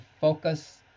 focus